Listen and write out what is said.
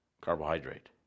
carbohydrate